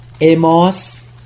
Amos